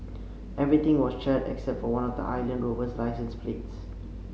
everything was charred except for one of the Land Rover's licence plates